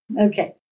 Okay